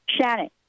Shannon